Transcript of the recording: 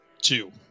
Two